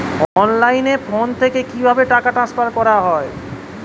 অনলাইনে ফোন থেকে কিভাবে টাকা ট্রান্সফার করা হয়?